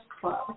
Club